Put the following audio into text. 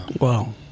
Wow